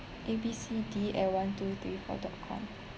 A B C D at one two three four dot com